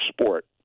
sport